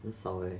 很少 leh